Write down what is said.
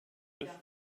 gwaith